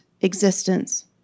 existence